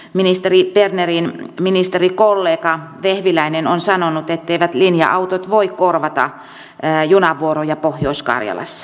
ministeri bernerin ministerikollega vehviläinen on sanonut etteivät linja autot voi korvata junavuoroja pohjois karjalassa